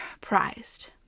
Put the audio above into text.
prized